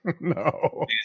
No